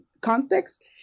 context